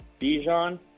Bijan